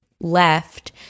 left